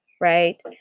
right